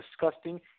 disgusting